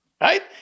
right